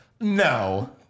no